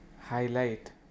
highlight